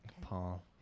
paul